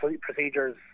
procedures